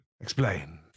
explain